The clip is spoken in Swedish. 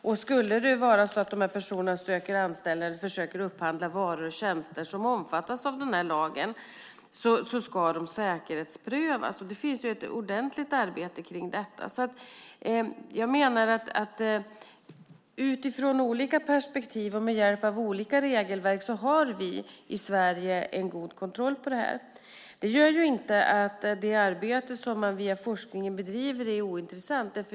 Om dessa personer söker anställning eller försöker upphandla varor och tjänster som omfattas av lagen ska de säkerhetsprövas. Det finns ett ordentligt arbete om detta. Utifrån olika perspektiv och med hjälp av olika regelverk har vi i Sverige en god kontroll på detta. Det innebär inte att det forskningsarbete som bedrivs är ointressant.